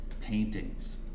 paintings